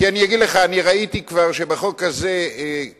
כי אני אגיד לך: אני ראיתי כבר שבחוק הזה כל